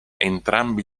entrambi